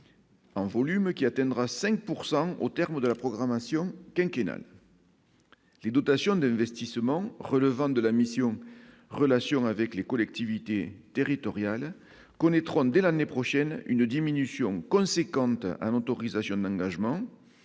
En volume, qui atteindra 5 pourcent au terme de la programmation quinquennale. Les dotations d'investissement relevant de la mission en relation avec les collectivités territoriales connaît 30 Delaney prochaine une diminution conséquente à l'autorisation de management